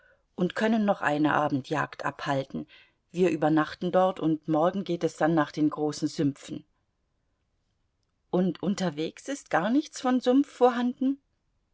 und können noch eine abendjagd abhalten wir übernachten dort und morgen geht es dann nach den großen sümpfen und unterwegs ist gar nichts von sumpf vorhanden